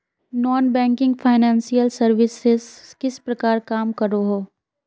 Non banking financial services किस प्रकार काम करोहो?